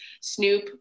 Snoop